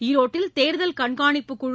ஈரோட்டில் தேர்தல் கண்காணிப்புக் குழ